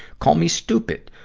call me stupid,